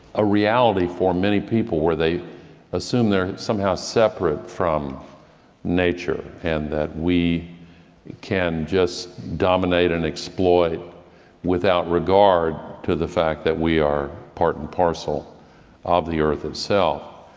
a reality for many people where they assume they are somehow separate from nature and that we can just dominate and exploit without regard to the fact that we are part and parcel of the earth itself.